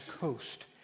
coast